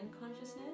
consciousness